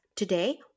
Today